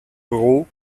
roh